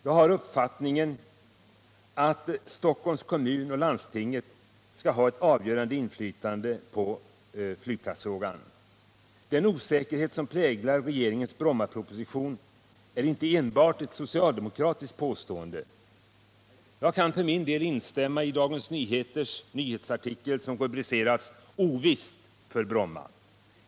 Jag har uppfattningen att Stockholms kommun och landstinget skall ha ett avgörande inflytande på flygplatsfrågan. Att osäkerhet präglar regeringens Brommaproposition är inte enbart ett socialdemokratiskt påstående. Jag kan för min del instämma i DN:s nyhetsartikel som rubricerats ”Ovisst för Bromma”.